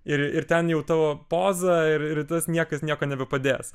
ir ir ten jau tavo poza ir tas niekas nieko nebepadės